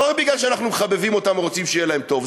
לא רק מפני שאנחנו מחבבים אותם או רוצים שיהיה להם טוב,